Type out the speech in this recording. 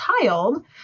child